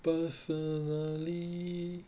personally